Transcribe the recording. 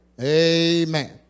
Amen